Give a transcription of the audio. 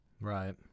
right